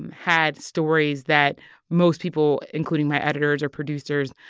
and had stories that most people, including my editors or producers,